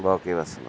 باقی وَسلَم